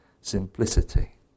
simplicity